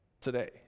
today